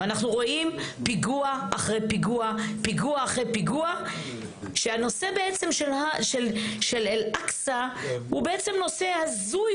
אנחנו רואים פיגוע אחרי פיגוע כשהנושא של אל-אקצא הוא נושא הזוי,